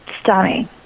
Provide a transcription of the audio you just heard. stunning